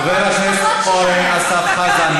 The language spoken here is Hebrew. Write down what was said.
חבר הכנסת אורן אסף חזן,